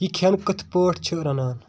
یہِ کھیٚن کٔتھ پٲٹھۍ چھِ رَنان ؟